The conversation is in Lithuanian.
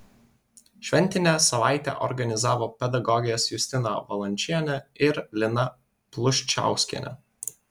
šventinę savaitę organizavo pedagogės justina valančienė ir lina pluščiauskienė